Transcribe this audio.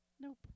Nope